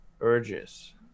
urges